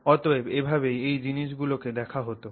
অতএব এইভাবেই ওই জিনিস গুলোকে দেখা হোতো